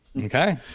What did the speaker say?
Okay